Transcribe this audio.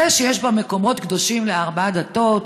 יש בה מקומות קדושים לארבע הדתות,